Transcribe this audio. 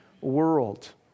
world